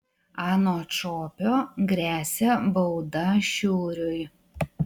anot šopio gresia bauda šiuriui